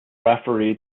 referee